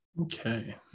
Okay